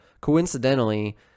coincidentally